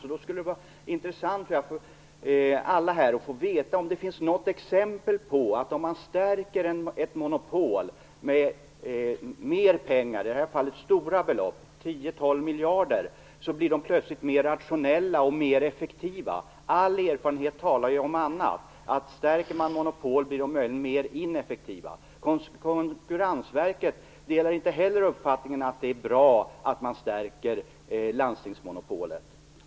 Det skulle vara intressant för alla här att få veta om det finns något exempel på att om ett monopol stärks med mer pengar - i det här fallet med stora belopp, 10-12 miljarder - blir det plötsligt mer rationellt och effektivt. All erfarenhet talar för något annat: Om man stärker monopol, blir de möjligen mer ineffektiva. Inte heller Konkurrensverket delar uppfattningen att det är bra att man stärker landstingsmonopolet.